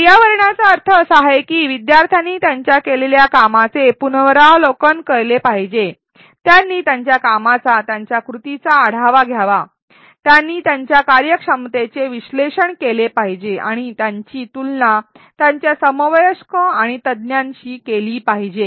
परावर्तनाचा अर्थ असा आहे की विद्यार्थ्यांनी त्यांच्या केलेल्या कामाचे पुनरावलोकन केले पाहिजे त्यांनी त्यांच्या कामाचा त्यांच्या कृतीचा आढावा घ्यावा त्यांनी त्यांच्या कार्यक्षमतेचे विश्लेषण केले पाहिजे आणि त्यांची तुलना त्यांच्या समवयस्क आणि तज्ञांशी केली पाहिजे